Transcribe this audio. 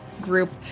group